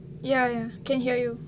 ya can hear you